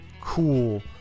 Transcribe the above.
cool